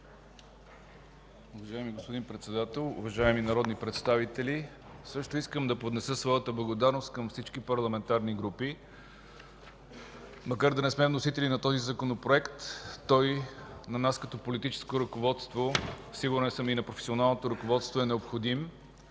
Уважаеми господин Председател, уважаеми народни представители! Също искам да поднеса своята благодарност към всички парламентарни групи. Макар да не сме вносители на този Законопроект, на нас като политическо ръководство, сигурен съм – и на професионалното ръководство, е необходим.